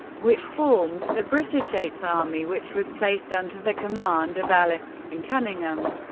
which formed the british eighth army, which was placed under the command of alan and cunningham.